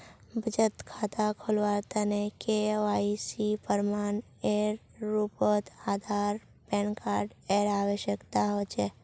बचत खता खोलावार तने के.वाइ.सी प्रमाण एर रूपोत आधार आर पैन कार्ड एर आवश्यकता होचे